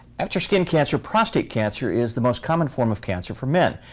after skin cancer, prostate cancer is the most common form of cancer for men.